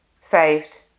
saved